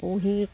পুহি